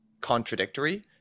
contradictory